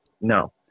No